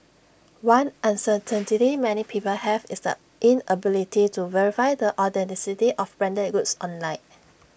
one uncertainty many people have is the inability to verify the authenticity of branded goods online